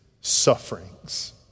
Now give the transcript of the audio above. sufferings